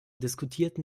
diskutierten